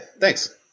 thanks